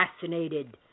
fascinated